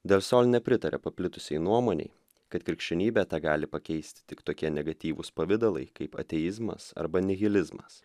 del sol nepritaria paplitusiai nuomonei kad krikščionybė tegali pakeisti tik tokie negatyvūs pavidalai kaip ateizmas arba nihilizmas